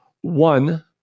One